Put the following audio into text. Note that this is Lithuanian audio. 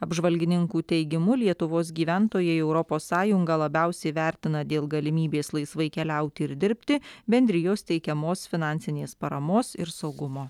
apžvalgininkų teigimu lietuvos gyventojai europos sąjungą labiausiai vertina dėl galimybės laisvai keliauti ir dirbti bendrijos teikiamos finansinės paramos ir saugumo